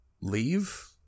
leave